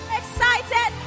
excited